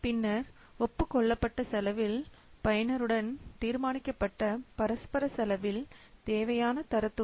பின்னர்ஒப்புக் கொள்ளப்பட்ட செலவில் பயனருடன் தீர்மானிக்கப்பட்ட பரஸ்பர செலவில் தேவையான தரத்துடன்